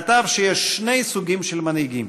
כתב שיש שני סוגים של מנהיגים: